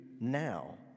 now